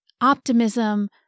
optimism